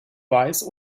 weiß